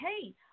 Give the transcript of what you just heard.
hey